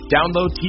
Download